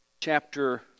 chapter